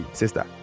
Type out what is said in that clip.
sister